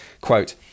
Quote